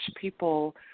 people